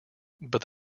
but